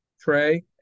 Trey